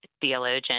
theologian